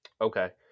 Okay